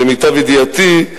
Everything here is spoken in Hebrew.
למיטב ידיעתי.